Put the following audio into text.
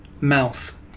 Mouse